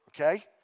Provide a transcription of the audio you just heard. Okay